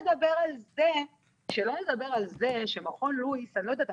שלא לדבר על זה שמכון לואיס אני לא יודעת,